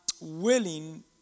willing